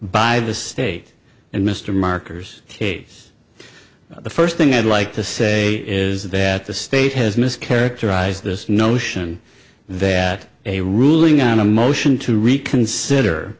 by the state and mr markers case the first thing i'd like to say is that the state has mischaracterized this notion that a ruling on a motion to reconsider